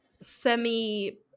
semi